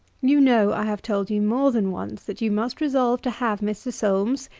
you know i have told you more than once, that you must resolve to have mr. solmes,